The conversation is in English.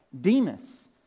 Demas